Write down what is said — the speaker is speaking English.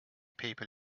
people